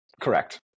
correct